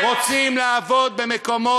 יש לך, אם את רוצה לדבר, תירשמי.